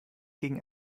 gegen